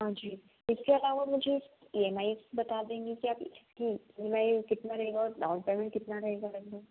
हाँ जी इसके अलावा मुझे ई एम आई बता देंगे क्या कुछ कि ई एम आई कितना रहेगा और डाउन पेमेंट कितना रहेगा मिनिमम